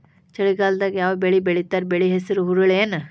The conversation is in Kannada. ಚಳಿಗಾಲದಾಗ್ ಯಾವ್ ಬೆಳಿ ಬೆಳಿತಾರ, ಬೆಳಿ ಹೆಸರು ಹುರುಳಿ ಏನ್?